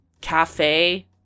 cafe